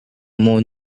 more